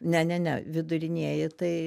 ne ne ne vidurinieji tai